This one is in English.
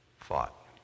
fought